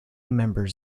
members